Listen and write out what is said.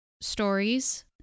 stories